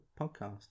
podcast